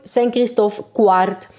Saint-Christophe-Quart